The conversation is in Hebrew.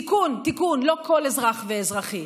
תיקון, תיקון: לא כל אזרח ואזרחית,